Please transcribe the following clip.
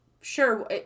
sure